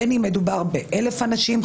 בין אם מדובר ב-1,000 אנשים,